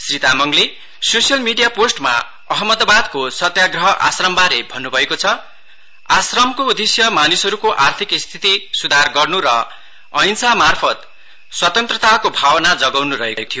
श्री तामाङले social media पोस्टमा अहमदाबादको सत्यग्रह आश्रमबारे भन्नुभएको छ आश्रमको उद्देश्य मानिसहरूको आर्थिक स्थिति सुधार गर्नु र अहिंसा मार्फत स्वतन्त्रताको भावना जगाउनु रहेको थियो